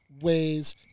ways